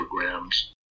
programs